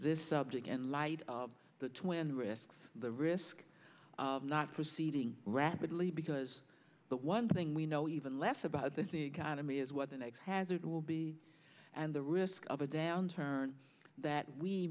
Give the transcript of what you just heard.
this subject in light of the twin risks the risk of not proceeding rapidly because the one thing we know even less about this economy is what the next hazard will be and the risk of a downturn that we